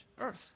earth